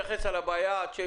עד לפני